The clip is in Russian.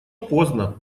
поздно